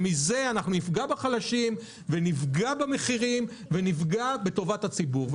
בזה אנחנו נפגע בחלשים ונפגע במחירים ונפגע בטובת הציבור.